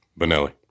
Benelli